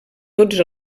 tots